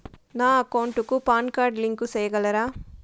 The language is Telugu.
నా అకౌంట్ కు పాన్ కార్డు లింకు సేయగలరా?